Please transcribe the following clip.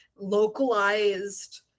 localized